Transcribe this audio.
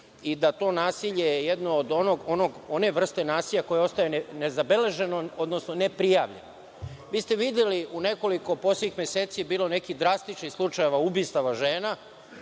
i da je to nasilje jedno od one vrste nasilja koje ostaje nezabeleženo, odnosno neprijavljeno. Vi ste videli u nekoliko poslednjih meseci bilo je nekih drastičnih slučajeva ubistava žena